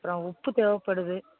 அப்புறம் உப்பு தேவைப்படுது